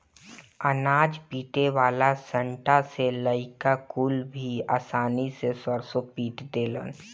अनाज पीटे वाला सांटा से लईका कुल भी आसानी से सरसों पीट देलन